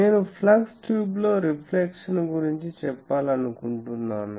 నేను flux tube లో reflection గురించి చెప్పాలనుకుంటున్నాను